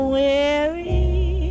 weary